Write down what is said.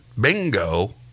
bingo